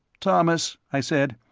thomas, i said,